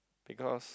because